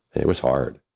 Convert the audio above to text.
and it was hard.